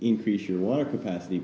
increase your water capacity